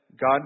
God